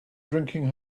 drinking